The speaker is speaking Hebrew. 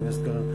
לא שומעים אותך.